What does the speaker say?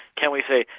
can we say,